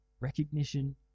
Recognition